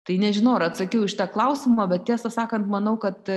tai nežinau ar atsakiau į šitą klausimą bet tiesą sakant manau kad